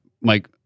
Mike